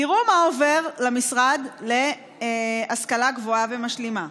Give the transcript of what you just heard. תראו מה עובר למשרד להשכלה גבוהה ומשלימה: